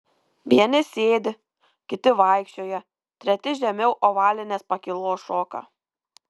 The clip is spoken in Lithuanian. vieni sėdi kiti vaikščioja treti žemiau ovalinės pakylos šoka